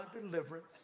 deliverance